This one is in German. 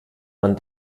man